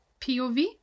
POV